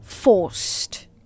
forced